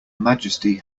majesty